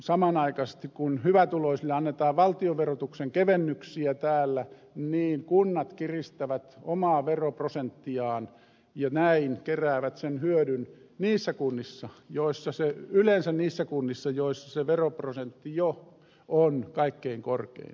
samanaikaisesti kun hyvätuloisille annetaan valtionverotuksen kevennyksiä täällä niin kunnat kiristävät omaa veroprosenttiaan ja näin keräävät sen hyödyn yleensä niissä kunnissa joissa se veroprosentti jo on kaikkein korkein